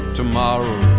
tomorrow